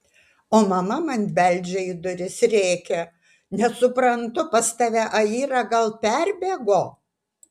o mama man beldžia į duris rėkia nesuprantu pas tave aira gal perbėgo